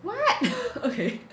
what okay